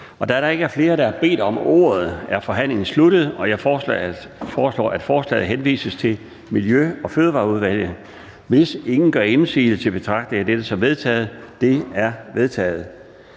Da der ikke er flere, der har bedt om ordet, er forhandlingen sluttet. Jeg foreslår, at forslaget til folketingsbeslutning henvises til Miljø- og Fødevareudvalget. Hvis ingen gør indsigelse, betragter jeg dette som vedtaget. Det er vedtaget